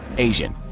asian.